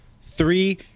three